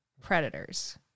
Predators